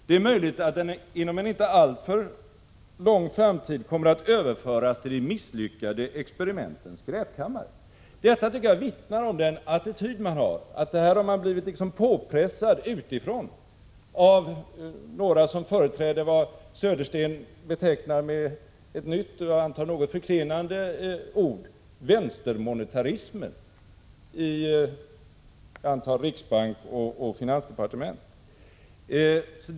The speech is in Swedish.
Det är möjligt att den inom inte alltför lång framtid kommer att överföras till de misslyckade experimentens skräpkammare.” Detta vittnar om den attityd man har: det här har man liksom blivit påpressad utifrån av några som företräder vad Södersten betecknar med ett nytt och, antar jag, förklenande ord, vänstermonetarism, i riksbank och finansdepartement.